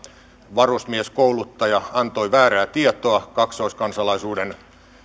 varusmieskouluttaja antoi väärää tietoa kaksoiskansalaisuuden